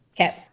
okay